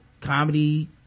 comedy